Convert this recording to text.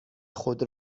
خود